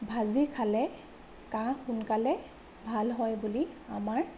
ভাজি খালে কাহ সোনকালে ভাল হয় বুলি আমাৰ